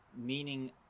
meaning